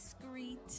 discreet